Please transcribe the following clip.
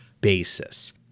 basis